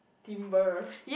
timber